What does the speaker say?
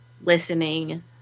listening